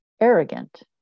arrogant